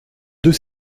deux